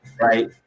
right